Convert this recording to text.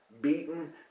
beaten